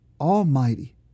almighty